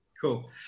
Cool